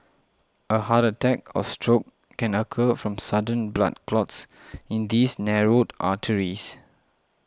a heart attack or stroke can occur from sudden blood clots in these narrowed arteries